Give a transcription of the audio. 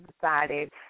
decided